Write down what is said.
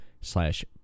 slash